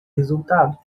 resultado